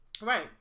Right